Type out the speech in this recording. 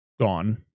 gone